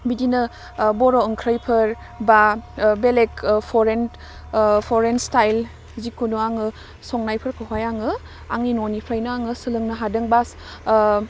बिदिनो बर' ओंख्रिफोर बा ओह बेलेक परेन फरेन स्टाइल जिखुनु आङो संनायफोरखौहाय आङो आंनि न'निफ्रायनो आङो सोलोंनो हादों बा